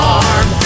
arm